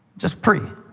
just pre,